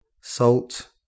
salt